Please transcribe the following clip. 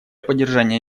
поддержания